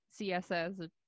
CSS